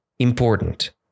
Important